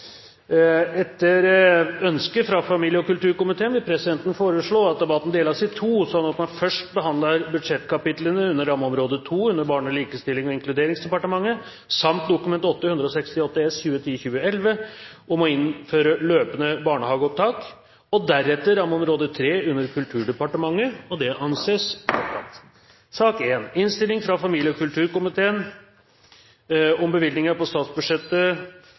Etter ønske fra familie- og kulturkomiteen vil presidenten foreslå at debatten deles i to, slik at man først behandler budsjettkapitlene under rammeområde 2 under Barne-, likestillings- og inkluderingsdepartementet samt Dokument 8:168 S for 2010–2011 om å innføre løpende barnehageopptak, og deretter rammeområde 3 under Kulturdepartementet. – Det anses vedtatt. Etter ønske fra familie- og kulturkomiteen